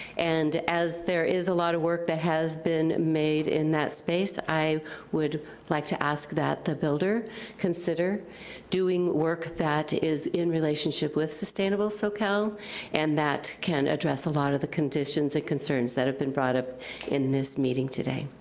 and as there is a lot of work that has been made in that space, i would like to ask that the builder consider doing work that is in relationship with sustainable soquel and that can address a lot of the conditions and concerns that have been brought up in this meeting today.